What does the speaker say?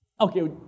okay